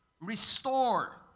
restore